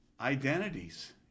identities